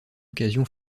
occasion